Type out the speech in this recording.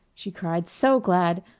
she cried, so glad.